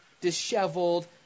disheveled